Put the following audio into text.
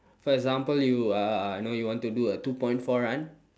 for example you uh know you want to do a two point four run